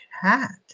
hat